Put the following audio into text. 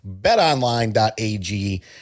BetOnline.ag